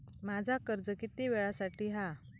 माझा कर्ज किती वेळासाठी हा?